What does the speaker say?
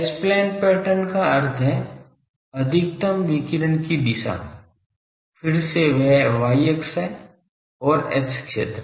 H plane pattern का अर्थ है अधिकतम विकिरण की दिशा फिर से वह y अक्ष और H क्षेत्र